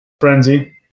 Frenzy